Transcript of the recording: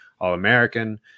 all-american